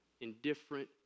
indifferent